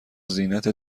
زینت